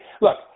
Look